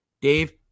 Dave